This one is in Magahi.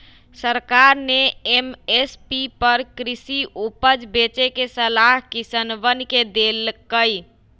सरकार ने एम.एस.पी पर कृषि उपज बेचे के सलाह किसनवन के देल कई